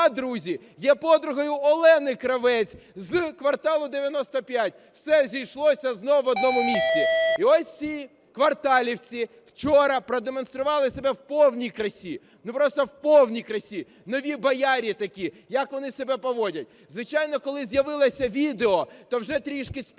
є подругою Олени Кравець з "Кварталу 95", все зійшлося знову в одному місці. І ось ці кварталівці вчора продемонстрували себе в повній красі, ну, просто в повній красі. Нові боярє такі, як вони себе поводять. Звичайно, коли з'явилося відео, то вже трошки спєсі поубавілось,